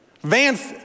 Vance